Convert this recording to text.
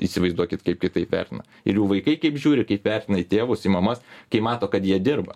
įsivaizduokit kaip kitaip vertina ir jų vaikai kaip žiūri kaip vertina į tėvus į mamas kai mato kad jie dirba